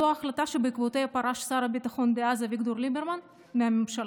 זו ההחלטה שבעקבותיה פרש שר הביטחון דאז אביגדור ליברמן מהממשלה.